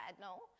No